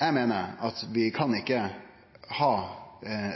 eg meiner at vi kan ikkje ha